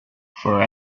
for